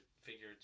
figure